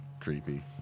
creepy